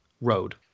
road